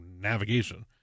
navigation